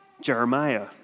Jeremiah